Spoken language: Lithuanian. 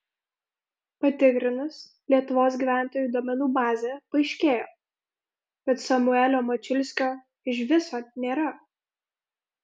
patikrinus lietuvos gyventojų duomenų bazę paaiškėjo kas samuelio mačiulskio iš viso nėra